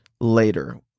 later